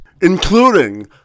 Including